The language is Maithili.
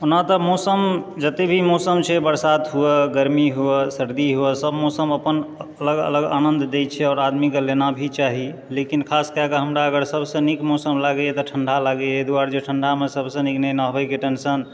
ओना तऽ मौसम जते भी मौसम छै बरसात हुए गरमी हुए सरदी हुए सब मौसम अपन अलग अलग आनन्द दै छै आओर आदमीके लेना भी चाही लेकिन खास कए कऽ हमरा अगर सबसँ नीक मौसम लागैए तऽ ठण्डा लागैए एहि दुआरे जे ठण्डामे सबसँ नीक नहि नहबैके टेन्शन